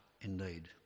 Indeed